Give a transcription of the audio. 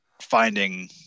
finding